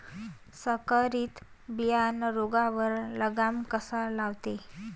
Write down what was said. संकरीत बियानं रोगावर लगाम कसा लावते?